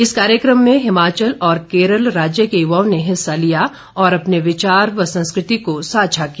इस कार्यक्रम में हिमाचल और केरल राज्य के युवाओं ने हिस्सा लिया और अपने विचार और संस्कृति को साझा किया